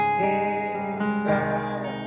desire